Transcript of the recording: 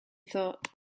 thought